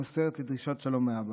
מוסרת לי דרישת שלום מאבא.